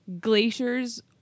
glaciers